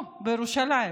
פה בירושלים.